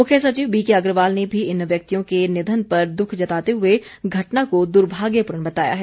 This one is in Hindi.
मुख्य सचिव बीके अग्रवाल ने भी इन व्यक्तियों के निधन पर दुख जताते हुए घटना को दुर्भाग्यपूर्ण बताया है